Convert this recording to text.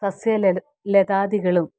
സസ്യ ലതാതികളും